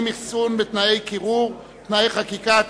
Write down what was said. אחסון בתנאי קירור (תיקוני חקיקה),